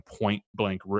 point-blank